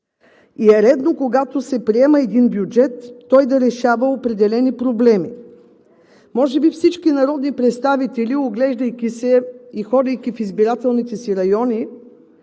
и е редно, когато се приема един бюджет, той да решава определени проблеми. Може би всички народни представители, оглеждайки се и ходейки в избирателните си райони,